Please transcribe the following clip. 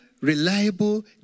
reliable